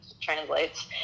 translates